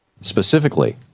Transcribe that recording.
Specifically